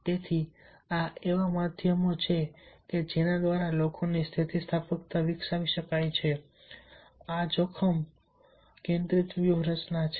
તેથી આ એવા માધ્યમો છે કે જેના દ્વારા લોકોની સ્થિતિસ્થાપકતા વિકસાવી શકાય છે આ જોખમ કેન્દ્રિત વ્યૂહરચના છે